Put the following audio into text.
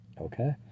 Okay